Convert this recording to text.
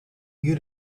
you